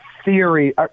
theory